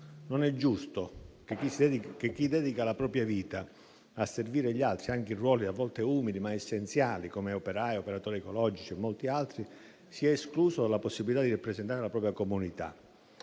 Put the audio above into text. Non è giusto che chi dedica la propria vita a servire gli altri, anche in ruoli a volte umili ma essenziali, come operai, operatori ecologici e molti altri, sia escluso dalla possibilità di rappresentare la propria comunità.